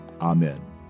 Amen